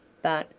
but,